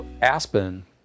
Aspen